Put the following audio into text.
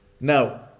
Now